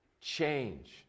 change